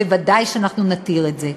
בוודאי שאנחנו נתיר את זה.